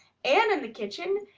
an' in the kitchen,